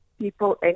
people